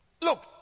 Look